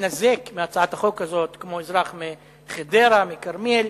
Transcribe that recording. להינזק מהצעת החוק הזאת כמו אזרח מחדרה, מכרמיאל,